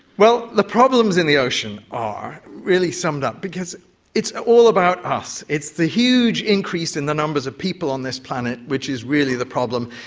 well, the problems in the ocean are really summed up because it's all about us, it's the huge increase in the numbers of people on this planet which is really the problem,